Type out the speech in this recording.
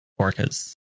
orcas